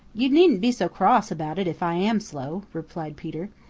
you needn't be so cross about it if i am slow, replied peter.